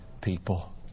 people